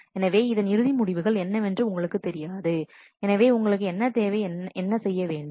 எனவே அதன் இறுதி முடிவுகள் என்னவென்று உங்களுக்குத் தெரியாது எனவே உங்களுக்கு என்ன தேவை என்ன செய்ய வேண்டும்